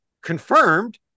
confirmed